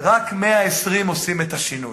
רק 120 עושים את השינוי.